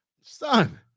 Son